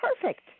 Perfect